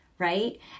right